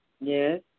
Yes